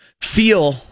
feel